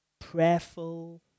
prayerful